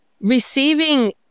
receiving